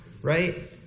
Right